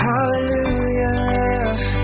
Hallelujah